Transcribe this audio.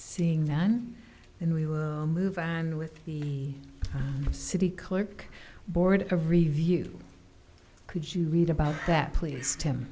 seeing then and we will move on with the city clerk board of review could you read about that please him